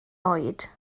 oed